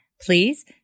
Please